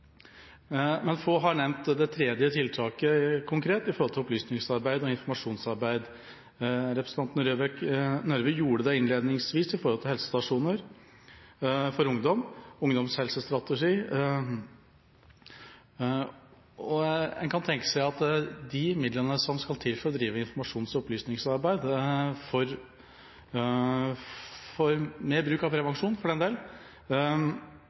men få har nevnt det tredje konkrete tiltaket, som er opplysnings- og informasjonsarbeid. Representanten Røbekk Nørve gjorde det innledningsvis i debatten angående helsestasjoner for ungdom og en egen ungdomshelsestrategi. En kan tenke seg at de midlene som skal til for å drive informasjons- og opplysningsarbeid, om bruk av prevensjon